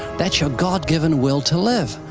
that's yeah god-given will to live.